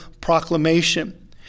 proclamation